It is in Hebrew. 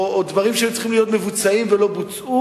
או דברים שהיו צריכים להיות מבוצעים ולא בוצעו,